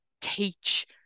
teach